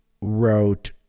wrote